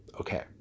Okay